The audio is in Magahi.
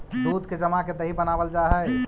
दूध के जमा के दही बनाबल जा हई